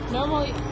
Normally